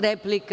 Replika.